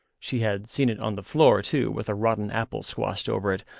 she had seen it on the floor too, with a rotten apple squashed over it,